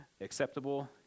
acceptable